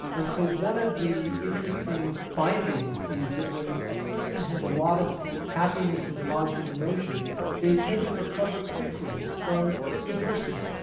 and so one of the interesting findings is that when a person has a lot of happiness and positive emotion they tend to recover quickly from adversity.